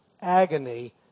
agony